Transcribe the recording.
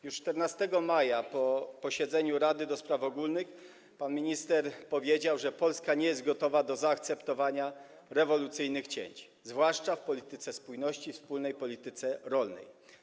Już 14 maja, po posiedzeniu Rady do Spraw Ogólnych, pan minister powiedział, że Polska nie jest gotowa do zaakceptowania rewolucyjnych cięć, zwłaszcza w polityce spójności i wspólnej polityce rolnej.